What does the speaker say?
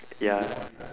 ya